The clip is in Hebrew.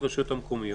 הרשויות המקומיות?